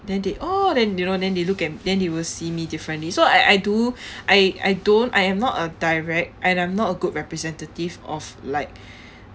then they oh then you know then they look at then they will see me differently so I I do I I don't I am not a direct and I'm not a good representative of like